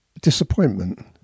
disappointment